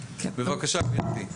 נעמ"ת.